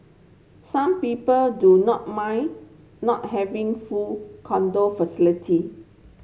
some people do not mind not having full condo facility